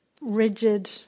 rigid